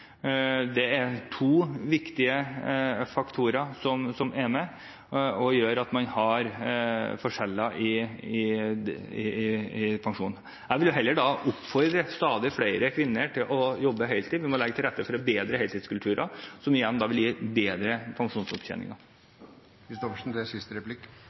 er to viktige faktorer som gjør at man har forskjeller i pensjonen. Jeg vil da heller oppfordre flere kvinner til å jobbe heltid. Vi må legge til rette for bedre heltidskulturer, som igjen vil gi bedre